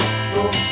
school